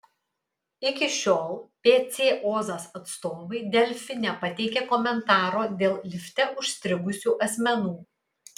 iki šiol pc ozas atstovai delfi nepateikė komentaro dėl lifte užstrigusių asmenų